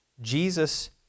Jesus